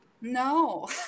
No